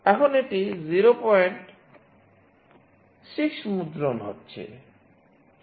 এখন এটি 06 মুদ্রণ হচ্ছে